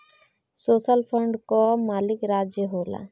social fund कअ मालिक राज्य होला